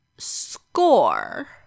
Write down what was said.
score